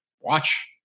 Watch